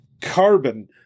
carbon